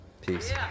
Peace